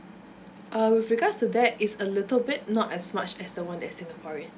uh with regards to that is a little bit not as much as the one that singaporean